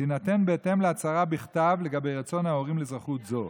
תינתן בהתאם להצהרה בכתב לגבי רצון ההורים לאזרחות זו.